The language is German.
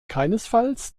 keinesfalls